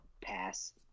pass